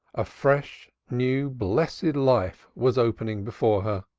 a fresh, new blessed life was opening before her.